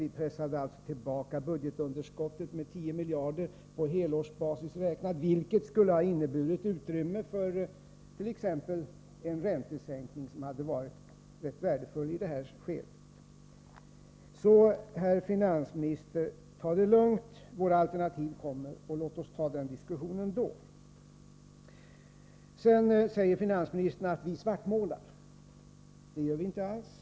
Vi pressade tillbaka budgetunderskottet med 10 miljarder mer än regeringen — på helårsbasis — vilket skulle ha inneburit utrymme för t.ex. en räntesänkning, som hade varit rätt värdefull i det skedet. Ta det alltså lugnt, herr finansminister. Våra alternativ kommer, och låt oss föra diskussionen om dem då. Sedan säger finansministern att vi svartmålar. Det gör vi inte alls.